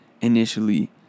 initially